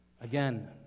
Again